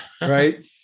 Right